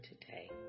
today